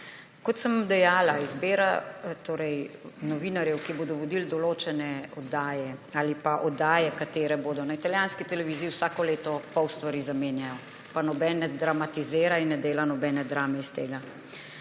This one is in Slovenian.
Kot sem dejala, izbira novinarjev, ki bodo vodili določene oddaje ali pa katere oddaje bodo − na italijanski televiziji vsako leto pol stvari zamenjajo, pa noben ne dramatizira in ne dela nobene drame iz tega.